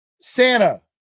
Santa